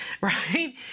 right